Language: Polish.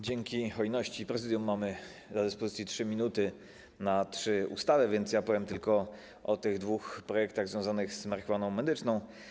Dzięki hojności Prezydium mamy do dyspozycji 3 minuty na trzy ustawy, więc powiem tylko o tych dwóch projektach związanych z marihuaną medyczną.